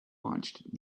launched